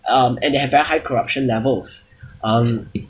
um and they have very high corruption levels um